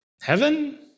heaven